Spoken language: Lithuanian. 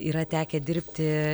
yra tekę dirbti